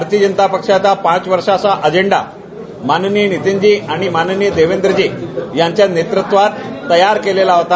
भारतीय जनता पक्षाचा पाच वर्षाचा अजेंडा माननिय नितीनजी आणि माननिय देवेंद्रजी यांच्या नेतृत्वात तयार केलेला होता